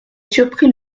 surpris